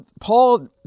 Paul